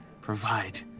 provide